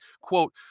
quote